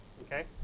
okay